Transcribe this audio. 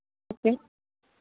okay